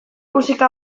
musika